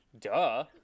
Duh